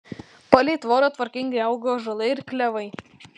palei tvorą tvarkingai augo ąžuolai ir klevai